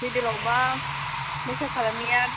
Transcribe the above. मिदिलआवबा मेखाप खालामनाया